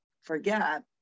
forget